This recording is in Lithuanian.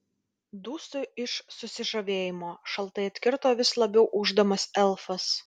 dūstu iš susižavėjimo šaltai atkirto vis labiau ūždamas elfas